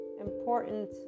important